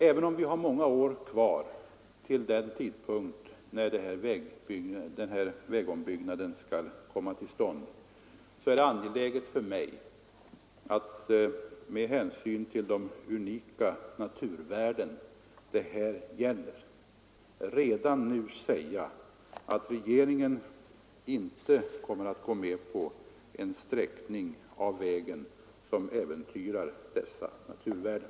Även om det är en del år kvar till den tidpunkt då vägombyggnaden skall komma till stånd är det angeläget för mig att med hänsyn till de unika naturvärden det här gäller redan nu understryka att regeringen inte kommer att gå med på en sträckning av vägen som äventyrar dessa naturvärden.